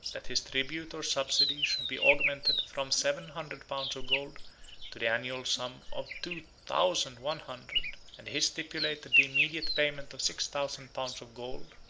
that his tribute or subsidy should be augmented from seven hundred pounds of gold to the annual sum of two thousand one hundred and he stipulated the immediate payment of six thousand pounds of gold,